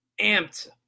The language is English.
amped